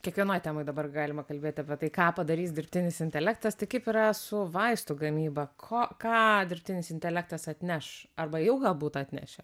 kiekvienoj temoj dabar galima kalbėt apie tai ką padarys dirbtinis intelektas tai kaip yra su vaistų gamyba ko ką dirbtinis intelektas atneš arba jau galbūt atnešė